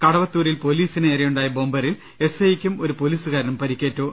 കടവത്തൂരിൽ പൊലീസിനുനേരെയുണ്ടായ ബോംബേറിൽ എസ് ഐയ്ക്കും ഒരു പൊലീസുകാരനും പരിക്കേറ്റു